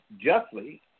justly